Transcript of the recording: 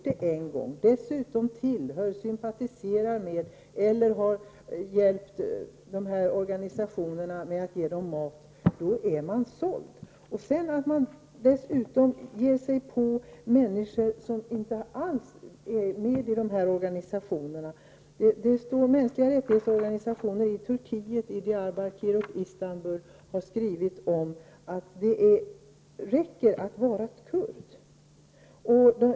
Den som tillhör, sympatiserar med eller har hjälpt dessa organisationer genom att ge dem mat är såld. Dessutom förföljs människor som inte alls är med i dessa organisationer. Organsiationer för mänskliga rättigheter i Turkiet, i Diyarbakir och i Istanbul, säger att det räcker att vara kurd.